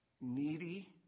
needy